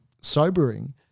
sobering